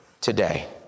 today